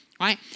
right